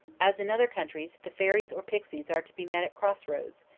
as in other countries the fairies or pixies are to be met at crossroads,